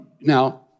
Now